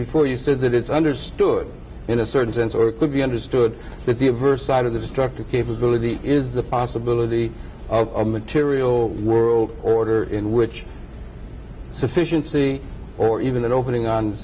before you said that it's understood in a certain sense or could be understood that the adverse side of the destructive capability is the possibility of a material world order d in which sufficiency or even that opening on